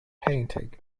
painting